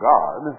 God